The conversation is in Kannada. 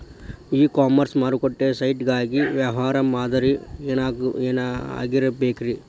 ಇ ಕಾಮರ್ಸ್ ಮಾರುಕಟ್ಟೆ ಸೈಟ್ ಗಾಗಿ ವ್ಯವಹಾರ ಮಾದರಿ ಏನಾಗಿರಬೇಕ್ರಿ?